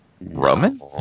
Roman